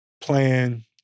playing